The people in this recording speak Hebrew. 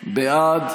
בעד.